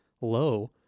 low